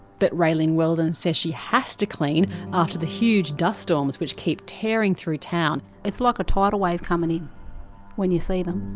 but raylene weldon says she has to clean up after the huge dust storms which keep tearing through town. it's like a tidal wave coming in when you see them